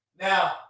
Now